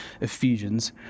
Ephesians